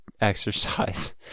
exercise